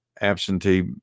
absentee